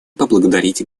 поблагодарить